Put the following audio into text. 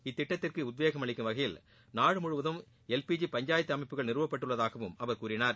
இத்திட்டத்திற்கு உத்வேகம் அளிக்கும் வகையில் நாடு முழுவதும் எல் பி ஜி பஞ்சாயத்து அமைப்புகள் நிறுவப்பட்டுள்ளதாகவும் அவர் கூறினார்